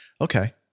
okay